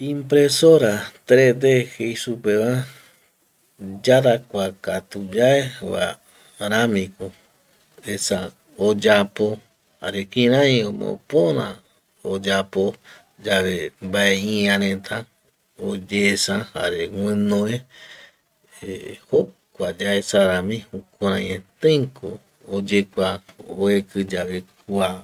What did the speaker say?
Impresora tres D jei supeva yarakua katu yaeva ramiko esa oyapo jare kirai omopöra oyapo yave mbae ïareta, oyesa jare guinoe eh jokua yaesa rami jukurai eteiko oyekua oeki yave kua